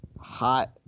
hot